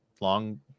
long